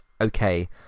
okay